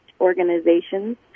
organizations